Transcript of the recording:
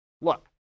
Look